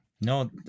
No